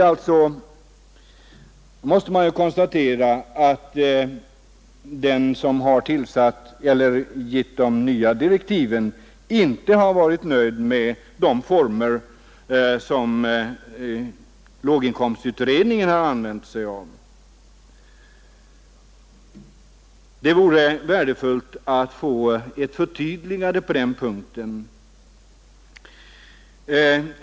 Man måste alltså konstatera att den som gett de nya direktiven inte har varit nöjd med de former som låginkomstutredningen har använt sig av. Det vore värdefullt att få ett förtydligande på den punkten.